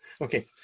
Okay